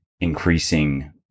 increasing